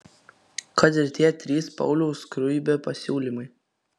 kad ir tie trys pauliaus skruibio pasiūlymai